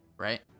right